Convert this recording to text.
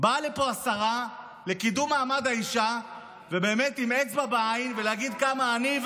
באה לפה השרה לקידום מעמד האישה ובאמת עם אצבע בעין להגיד: כמה אני,